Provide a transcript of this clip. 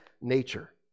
nature